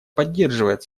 поддерживает